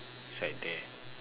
inside there